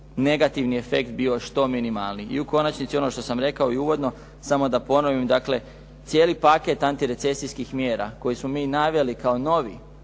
negativni efekt bio što minimalniji. I u konačnici ono što sam rekao i uvodno, samo da ponovim. Dakle, cijeli paket antirecesijskih mjera koji smo mi naveli kao novi